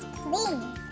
please